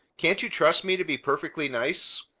can't you trust me to be perfectly nice?